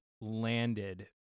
landed